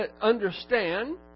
understand